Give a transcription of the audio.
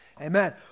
amen